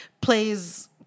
plays